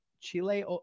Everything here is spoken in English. Chile